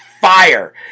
fire